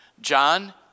John